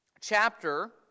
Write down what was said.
chapter